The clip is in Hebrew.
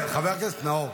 חבר הכנסת נאור.